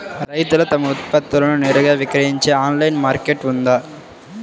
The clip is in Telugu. రైతులు తమ ఉత్పత్తులను నేరుగా విక్రయించే ఆన్లైను మార్కెట్ ఉందా?